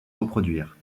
reproduire